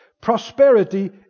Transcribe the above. Prosperity